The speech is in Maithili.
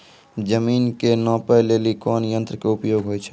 जमीन के नापै लेली कोन यंत्र के उपयोग होय छै?